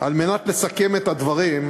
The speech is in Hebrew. על מנת לסכם את הדברים,